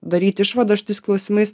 daryt išvadas šitais klausimais